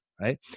right